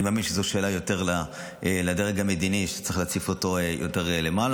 אני מאמין שזו יותר שאלה לדרג המדיני ושצריך להציף אותה יותר למעלה.